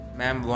ma'am